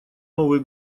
новый